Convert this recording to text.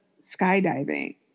skydiving